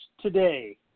today